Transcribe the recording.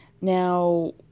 Now